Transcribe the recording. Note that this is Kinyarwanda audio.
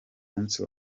munsi